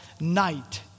night